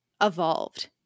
evolved